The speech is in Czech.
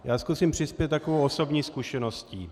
Já zkusím přispět takovou osobní zkušeností.